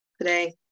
today